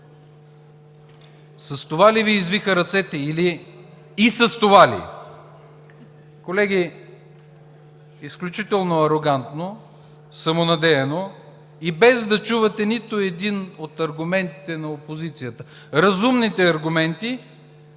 С това ли Ви извиха ръцете? Или, и с това ли? Колеги, изключително арогантно, самонадеяно и без да чувате нито един от аргументите на опозицията – разумните аргументи,